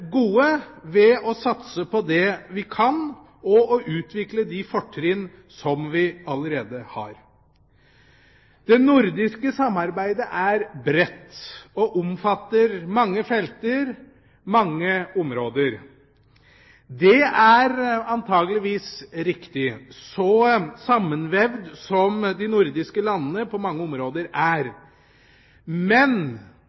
gode ved å satse på det vi kan, og å utvikle de fortrinn som vi allerede har. Det nordiske samarbeidet er bredt og omfatter mange felter, mange områder. Det er antakeligvis riktig, så sammenvevd som de nordiske landene på mange områder